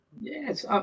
Yes